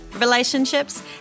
relationships